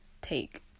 take